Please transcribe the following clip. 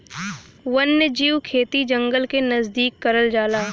वन्यजीव खेती जंगल के नजदीक करल जाला